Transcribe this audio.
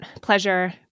pleasure